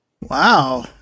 Wow